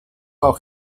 auch